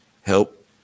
help